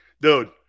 dude